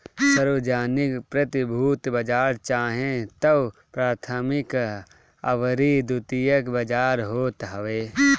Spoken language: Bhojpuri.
सार्वजानिक प्रतिभूति बाजार चाहे तअ प्राथमिक अउरी द्वितीयक बाजार होत हवे